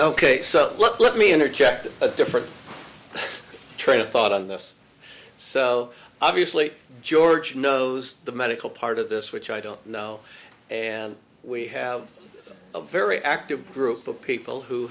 ok so let me interject a different train of thought on this so obviously george knows the medical part of this which i don't know and we have a very active group of people who